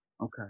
Okay